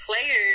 players